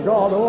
God